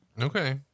Okay